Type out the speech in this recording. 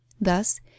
Thus